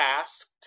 asked